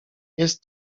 jest